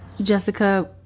Jessica